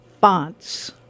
fonts